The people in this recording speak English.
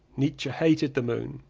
nietzsche hated the moon.